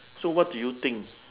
so what do you think